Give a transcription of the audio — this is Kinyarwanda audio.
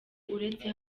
uretse